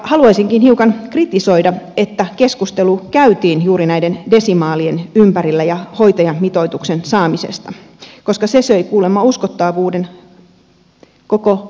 haluaisinkin hiukan kritisoida näkemystä että keskustelu on käyty juuri näiden desimaalien ympärillä ja hoitajamitoituksen saamisesta ja se on syönyt uskottavuuden koko vanhuspalvelulailta